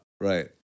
Right